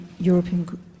European